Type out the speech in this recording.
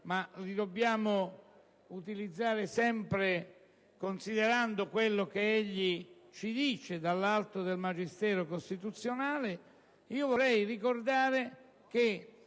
a senso unico, ma sempre considerando quello che egli ci dice dall'alto del magistero costituzionale, vorrei ricordare che